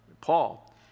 Paul